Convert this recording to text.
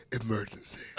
emergency